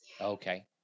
Okay